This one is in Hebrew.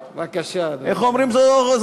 כל עוד זה מכובד,